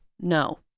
No